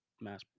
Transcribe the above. mass